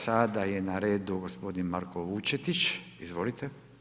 Sada je na redu gospodin Marko Vučetić, izvolite.